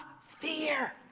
fear